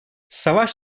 savaş